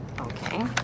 Okay